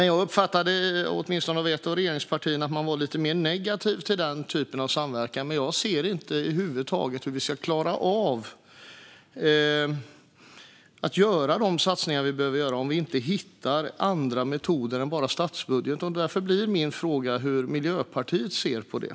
Jag uppfattade dock att åtminstone ett av regeringspartierna var lite mer negativt till den typen av samverkan, men jag ser inte hur vi ska klara av att göra de satsningar som behövs om vi inte hittar andra metoder än bara statsbudgeten. Min fråga blir därför: Hur ser Miljöpartiet på detta?